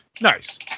Nice